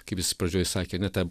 kaip jis pradžioj sakė na tą